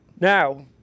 Now